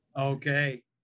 Okay